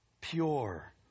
pure